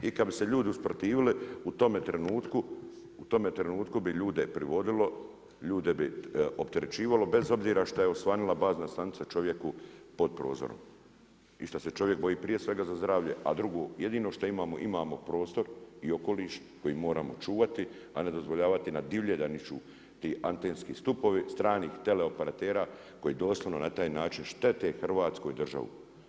I kad bi se ljudi usprotivili u tome trenutku, bi ljude privodilo, ljude bi opterećivalo, bez obzira što je osvanula bazna stanicu čovjeku pod prozorom i što se čovjek boji prije svega za zdravlje, a drugo, jedino što imamo imamo prostor i okoliš koji moramo čuvati, a ne dozvoljavati na … ti antenski stupovi stranih teleoperatera, koji doslovno na taj način štete Hrvatskoj državi.